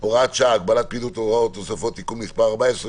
(הוראת שעה) (הגבלת פעילות והוראות נוספות) (תיקון מס' 14),